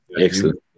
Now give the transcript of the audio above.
Excellent